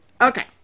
Okay